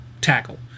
tackle